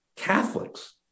Catholics